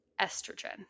estrogen